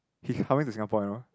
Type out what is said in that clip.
he coming to Singapore you know